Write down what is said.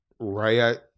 right